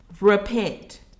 Repent